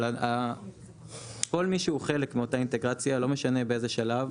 אבל כל מי שהוא חלק מאותה אינטגרציה לא משנה באיזה שלב,